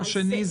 רק שהרב גפני,